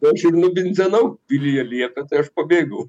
tai aš ir nubindzenau vilija liepė tai aš pabėgau